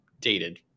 dated